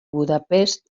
budapest